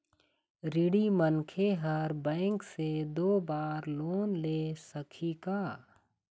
ऋणी मनखे हर बैंक से दो बार लोन ले सकही का?